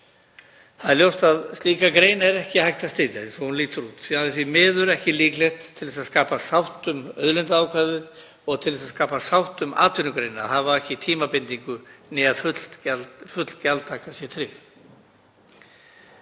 Það er ljóst að slíka grein er ekki hægt að styðja eins og hún lítur út, því það er því miður ekki líklegt til þess að skapa sátt um auðlindaákvæðið og til þess að skapa sátt um atvinnugreinina að hafa hvorki tímabindingu né að full gjaldtaka sé tryggð.